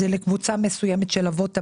זה לקבוצה מסוימת של אבות הבית.